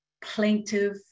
plaintive